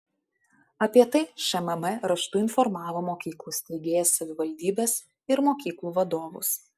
apie tai šmm raštu informavo mokyklų steigėjas savivaldybes ir mokyklų vadovus